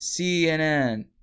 CNN